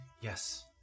yes